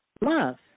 Love